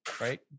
right